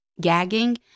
gagging